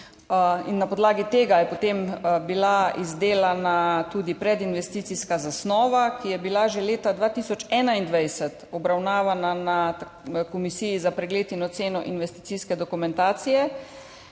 Na podlagi tega je potem bila izdelana tudi predinvesticijska zasnova, ki je bila že leta 2021 obravnavana na Komisiji za pregled in oceno investicijske dokumentacije.